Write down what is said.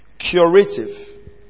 Curative